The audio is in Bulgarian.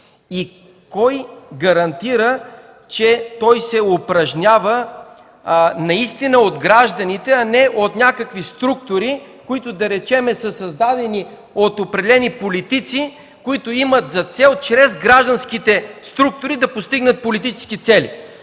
и кой гарантира, че той се упражнява наистина от гражданите, а не от някакви структури, които, да речем, са създадени от определени политици, които имат за цел чрез гражданските структури да постигнат политически цели.